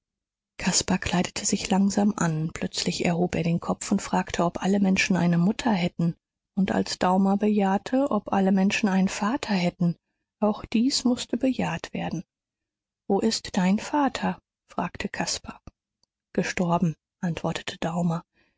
caspar kleidete sich langsam an plötzlich erhob er den kopf und fragte ob alle menschen eine mutter hätten und als daumer bejahte ob alle menschen einen vater hätten auch dies mußte bejaht werden wo ist dein vater fragte caspar gestorben antwortete